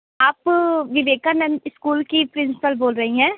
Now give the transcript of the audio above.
आप विवेकानंद स्कूल की प्रिंसपल बोल रहीं हैं